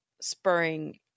spurring